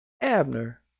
abner